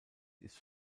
ist